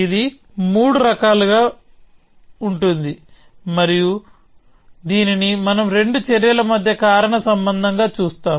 ఇది మూడు రకాలుగా ఉంటుంది మరియు దీనిని మనం రెండు చర్యల మధ్య కారణ సంబంధంగా చూస్తాం